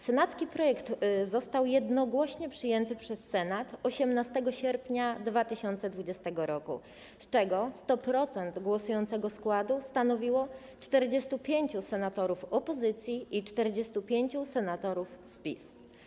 Senacki projekt został jednogłośnie przyjęty przez Senat 18 sierpnia 2020 r., z czego 100% głosującego składu stanowiło 45 senatorów opozycji i 45 senatorów z PiS.